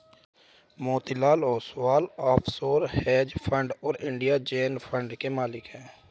Motilal Oswal offshore hedge fund और India Zen fund के मालिक हैं